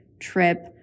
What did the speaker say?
trip